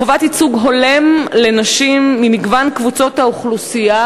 חובת ייצוג הולם לנשים ממגוון קבוצות האוכלוסייה